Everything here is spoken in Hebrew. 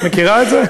מכירה את זה?